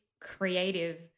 creative